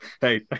hey